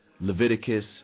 Leviticus